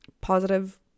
positive